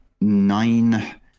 nine